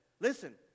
listen